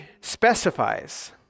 specifies